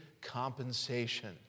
compensation